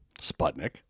Sputnik